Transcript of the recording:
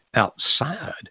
outside